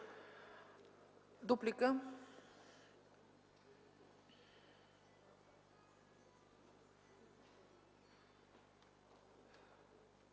Дуплика?